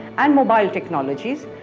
and mobile technologies,